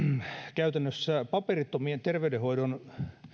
käytännössä paperittomien terveydenhoidon